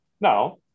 now